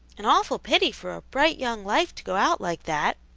an awful pity for a bright young life to go out like that!